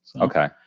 Okay